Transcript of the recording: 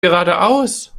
geradeaus